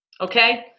Okay